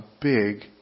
big